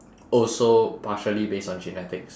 also partially based on genetics